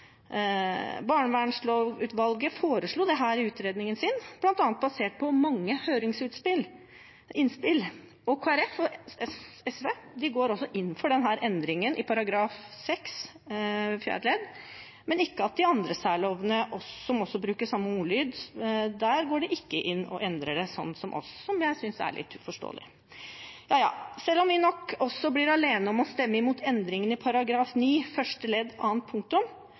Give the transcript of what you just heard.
Barnevernslovutvalget foreslo dette i utredningen sin, bl.a. basert på mange høringsinnspill. Kristelig Folkeparti og SV går inn for denne endringen i § 6-4, men i de andre særlovene som bruker samme ordlyd, går de ikke inn og endrer det, sånn som oss. Det synes jeg er litt uforståelig. Selv om vi nok blir alene om å stemme imot endringen av § 9 første ledd annet punktum,